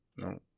no